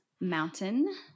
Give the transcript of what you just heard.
mountain